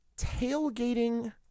tailgating